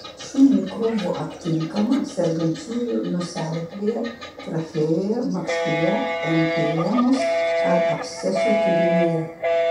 šių mikrobų aptinkama sergančiųjų nosiaryklėje trachėjoje makštyje empiemos ar absceso turinyje